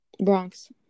Bronx